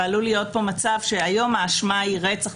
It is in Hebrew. ועלול להיות פה מצב שהיום האשמה היא רצח,